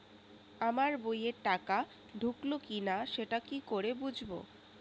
আমার বইয়ে টাকা ঢুকলো কি না সেটা কি করে বুঝবো?